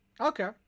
Okay